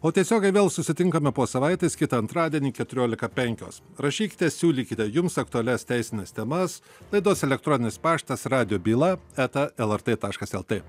o tiesiogiai vėl susitinkame po savaitės kitą antradienį keturiolika penkios rašykite siūlykite jums aktualias teisines temas laidos elektroninis paštas radijo byla eta lrt taškas lt